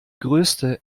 größte